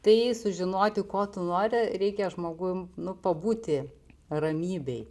tai sužinoti ko tu nori reikia žmogum pabūti ramybėj